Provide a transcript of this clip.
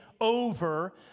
over